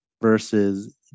versus